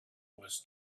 was